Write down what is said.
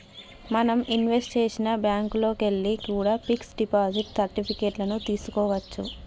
మనం ఇన్వెస్ట్ చేసిన బ్యేంకుల్లోకెల్లి కూడా పిక్స్ డిపాజిట్ సర్టిఫికెట్ లను తీస్కోవచ్చు